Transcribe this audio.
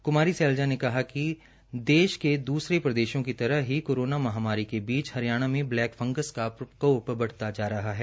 कुमारी सैलजा ने कहा कि देश के द्सरे प्रदेशों की तरह ही कोरोना महामारी के बीच हरियाणा में ब्लैक फंगस का प्रकोप बढ़ता जा रहा है